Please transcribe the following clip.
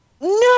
No